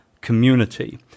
community